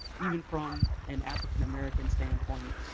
even from an african american standpoint,